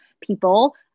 people